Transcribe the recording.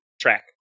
track